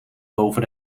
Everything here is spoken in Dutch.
boven